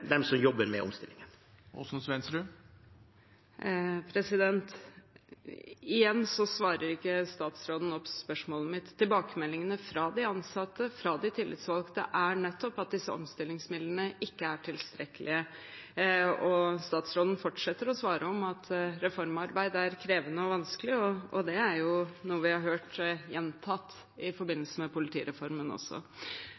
dem som jobber med omstillingen. Igjen svarer ikke statsråden på spørsmålet mitt. Tilbakemeldingene fra de ansatte, fra de tillitsvalgte er nettopp at disse omstillingsmidlene ikke er tilstrekkelige, og statsråden fortsetter å svare at reformarbeid er krevende og vanskelig. Det er noe vi har hørt gjentatt i